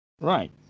Right